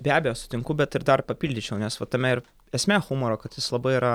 be abejo sutinku bet ir dar papildyčiau nes va tame ir esmė humoro kad jis labai yra